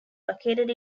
located